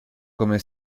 come